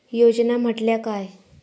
योजना म्हटल्या काय?